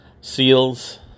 seals